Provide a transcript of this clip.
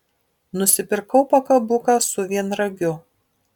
nusipirkau pakabuką su vienragiu